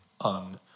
on